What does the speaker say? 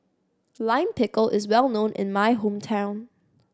Lime Pickle is well known in my hometown